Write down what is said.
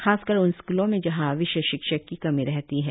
खासकर उन स्क्लों में जहां विषय शिक्षक की कमी रहती है